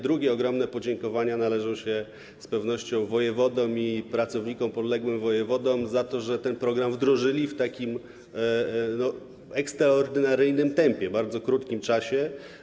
Drugie ogromne podziękowania należą się z pewnością wojewodom i pracownikom podległym wojewodom za to, że ten program wdrożyli w ekstraordynaryjnym tempie, w bardzo krótkim czasie.